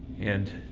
and